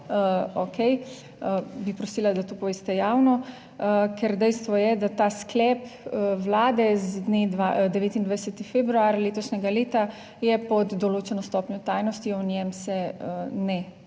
Bi prosila, da to poveste javno. Ker dejstvo je, da ta sklep Vlade z dne 29. februar letošnjega leta, je pod določeno stopnjo tajnosti; o njem se ne